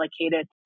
allocated